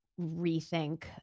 rethink